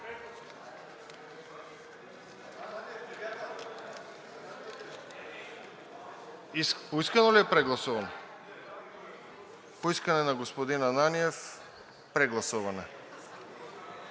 По искане на господин Ананиев, прегласуване!